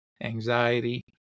anxiety